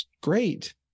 Great